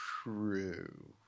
True